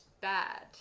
bad